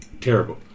Terrible